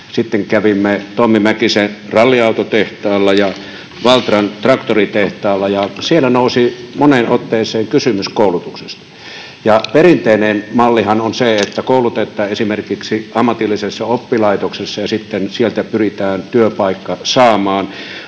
sitten kävimme Tommi Mäkisen ralliautotehtaalla ja Valtran traktoritehtaalla, ja siellä nousi moneen otteeseen kysymys koulutuksesta. Perinteinen mallihan on se, että koulutetaan esimerkiksi ammatillisessa oppilaitoksessa ja sitten pyritään työpaikka saamaan,